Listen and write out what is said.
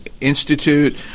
Institute